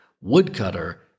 Woodcutter